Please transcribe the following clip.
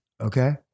okay